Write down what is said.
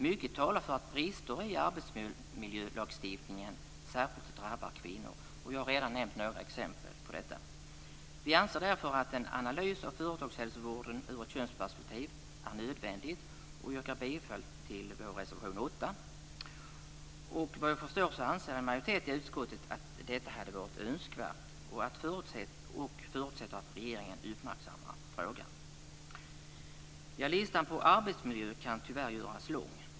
Mycket talar för att brister i arbetsmiljölagstiftningen särskilt drabbar kvinnor, och jag har redan nämnt några exempel på detta. Vi anser därför att en analys av företagshälsovården ur ett könsperspektiv är nödvändig och yrkar bifall till vår reservation 8. Såvitt jag förstår anser en majoritet i utskottet att detta hade varit önskvärt och förutsätter att regeringen uppmärksammar frågan. Listan på arbetsmiljöproblem kan tyvärr göras lång.